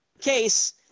case